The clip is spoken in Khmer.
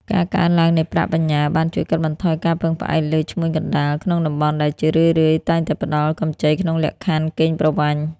ការកើនឡើងនៃប្រាក់បញ្ញើបានជួយកាត់បន្ថយការពឹងផ្អែកលើ "ឈ្មួញកណ្ដាល" ក្នុងតំបន់ដែលជារឿយៗតែងតែផ្ដល់កម្ចីក្នុងលក្ខខណ្ឌកេងប្រវ័ញ្ច។